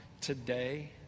today